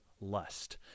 lust